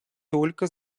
только